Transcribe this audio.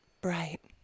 bright